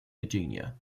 virginia